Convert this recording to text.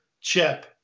chip